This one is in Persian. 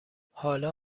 حالا